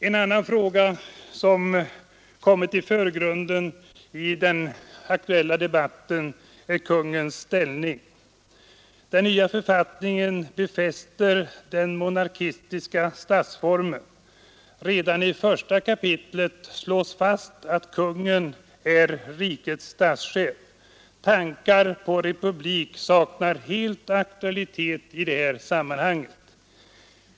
En annan fråga som kommit i förgrunden i den aktuella debatten är kungens ställning. Den nya författningen befäster den monarkiska statsformen. Redan i första kapitlet slås fast att konungen är rikets statschef. Tankar på republik saknar helt aktualitet i det här sammanhanget.